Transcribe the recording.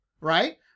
right